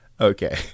Okay